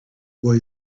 boy